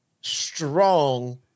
strong